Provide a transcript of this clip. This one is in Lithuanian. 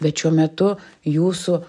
bet šiuo metu jūsų